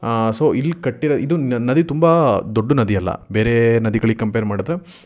so ಇಲ್ಲಿ ಕಟ್ಟಿರೋ ಇದು ನದಿ ತುಂಬ ದೊಡ್ಡ ನದಿಯಲ್ಲ ಬೇರೆ ನದಿಗಳಿಗೆ ಕಂಪೇರ್ ಮಾಡಿದ್ರೆ